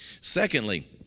Secondly